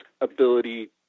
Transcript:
ability